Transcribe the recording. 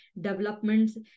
developments